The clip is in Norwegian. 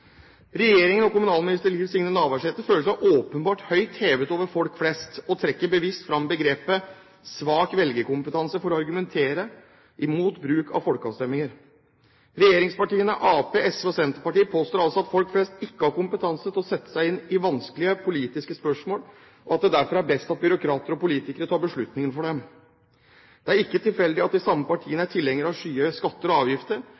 Regjeringen og kommunalminister Liv Signe Navarsete føler seg åpenbart høyt hevet over folk flest og trekker bevisst fram begrepet «svak velgerkompetanse» for å argumentere imot bruk av folkeavstemninger. Regjeringspartiene, Arbeiderpartiet, SV og Senterpartiet, påstår altså at folk flest ikke har kompetanse til å sette seg inn i vanskelige politiske spørsmål, og at det derfor er best at byråkrater og politikere tar beslutningene for dem. Det er ikke tilfeldig at de samme partiene er tilhengere av skyhøye skatter og avgifter,